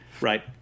right